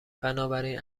بنابراین